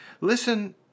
listen